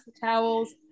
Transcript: towels